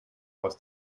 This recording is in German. aus